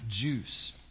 juice